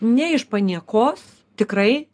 ne iš paniekos tikrai